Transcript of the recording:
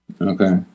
Okay